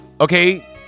okay